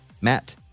Matt